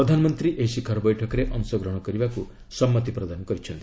ପ୍ରଧାନମନ୍ତ୍ରୀ ଏହି ଶିଖର ବୈଠକରେ ଅଂଶଗ୍ରହଣ କରିବାକୁ ସମ୍ମତି ପ୍ରଦାନ କରିଛନ୍ତି